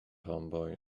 homeboy